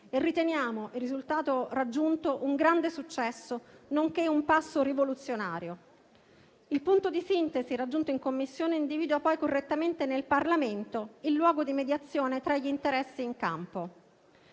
Riteniamo che il risultato raggiunto sia un grande successo, nonché un passo rivoluzionario. Il punto di sintesi raggiunto in Commissione individua poi correttamente nel Parlamento il luogo di mediazione tra gli interessi in campo.